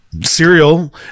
cereal